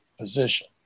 position